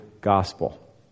gospel